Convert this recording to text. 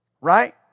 Right